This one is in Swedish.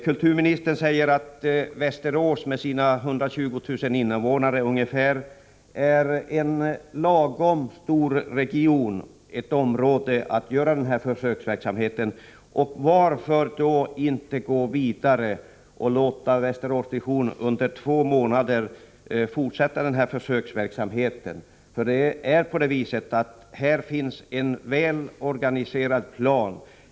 Kulturministern säger att Västerås med sina 120 000 invånare är ett lagom stort område för denna försöksverksamhet. Varför då inte gå vidare och låta Västerås Vision under två månader få fortsätta försöksverksamheten? Här finns en väl utformad plan.